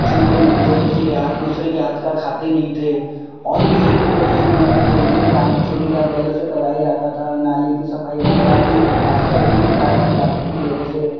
چھوتے نہیں تھے کسی کے ہاتھ دوسرے کے ہاتھ کا کھاتے نہیں تھے اور بھی بڑے گھنونے طریقے کے کام چھوٹی جات والوں سے کروایا جاتا تھا نالے کی صفائی وگیرہ ایک ہی خاص کر ایک خاص جات کی لوگوں سے